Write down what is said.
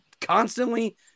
constantly